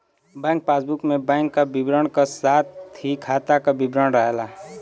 bank passbook में bank क विवरण क साथ ही खाता क भी विवरण रहला